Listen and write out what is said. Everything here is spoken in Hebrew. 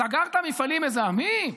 סגרת מפעלים מזהמים?